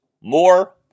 More